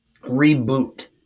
reboot